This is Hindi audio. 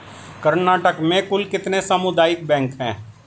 कर्नाटक में कुल कितने सामुदायिक बैंक है